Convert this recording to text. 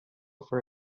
for